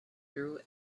through